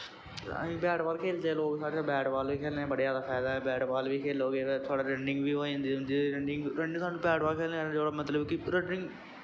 bat ball खेलदे लोग bat ball खेलनें दा बड़ा जैदा फैदा ऐ बैट बॉल बी खेलोगे तां थोह्ड़ी रनिंग बी हो जंदी रनिंग साह्नूं बैट बॉल खेलनें कन्नैं रनिंग